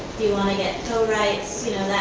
you wanna get co-rights,